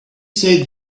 say